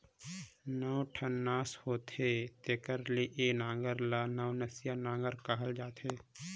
नौ ठन नास होथे तेकर ले ए नांगर ल नवनसिया नागर कहल जाथे